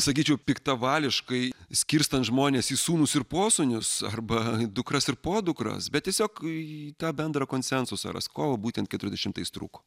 sakyčiau piktavališkai skirstant žmones į sūnus ir posūnius arba dukras ir podukras bet tiesiog tą bendrą konsensusą ras ko būtent keturiasdešimtais trūko